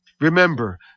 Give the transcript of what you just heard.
Remember